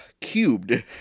cubed